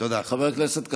חבר הכנסת כסיף,